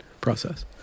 process